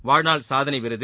வாழ்நாள் சாதனை விருது